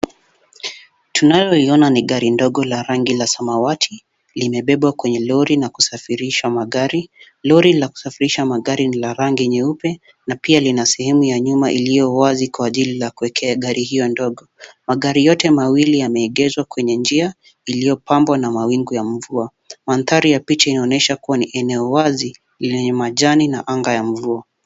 Tunayoiona ni gari ndogo la rangi la samawati imebebwa kwenye lori na kusafirisha magari. Lori la kusafirisha magari ni la rangi nyeupe na pia lina sehemu ya nyuma iliyo wazi kwa ajili ya kuwekea gari hiyo ndogo. Magari yote mawili yameegeshwa kwenye njia iliyopambwa na mawingu ya mvua. Mandhari ya picha inaonyesha kuwa ni eneo wazi lenye majani na anga ya mvua.